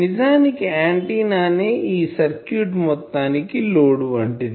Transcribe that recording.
నిజానికి ఆంటిన్నా నే ఈ సర్క్యూట్ మొత్తానికి లోడ్ వంటిది